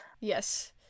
Yes